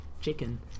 chicken